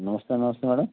नमस्ते नमस्ते मैडम